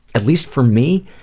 at least for me,